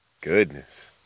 Goodness